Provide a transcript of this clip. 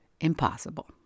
impossible